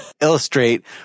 illustrate